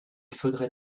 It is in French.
faudrait